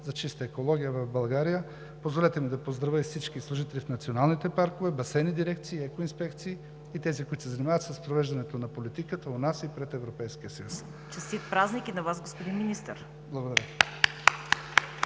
за чиста екология в България! Позволете ми да поздравя и всички служители в националните паркове, басейнови дирекции, екоинспекции и тези, които се занимават с провеждането на политиката у нас и пред Европейския съюз! ПРЕДСЕДАТЕЛ ЦВЕТА КАРАЯНЧЕВА: Честит празник и на Вас, господин Министър!